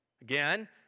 Again